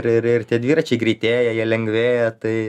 ir ir tie dviračiai greitėja jie lengvėja tai